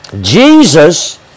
Jesus